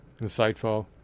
insightful